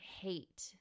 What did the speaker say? hate